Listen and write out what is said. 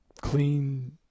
clean